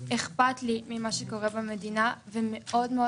אכפת לי ממה שקורה במדינה ומאוד מאוד